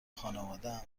خانوادهام